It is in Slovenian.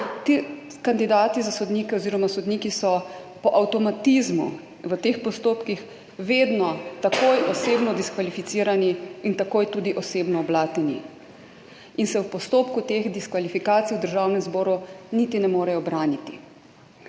Ti kandidati za sodnike oziroma sodniki so po avtomatizmu v teh postopkih vedno takoj osebno diskvalificirani in takoj tudi osebno blateni in se v postopku teh diskvalifikacij v Državnem zboru niti ne morejo braniti.